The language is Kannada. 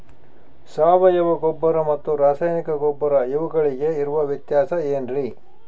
ಸಾವಯವ ಗೊಬ್ಬರ ಮತ್ತು ರಾಸಾಯನಿಕ ಗೊಬ್ಬರ ಇವುಗಳಿಗೆ ಇರುವ ವ್ಯತ್ಯಾಸ ಏನ್ರಿ?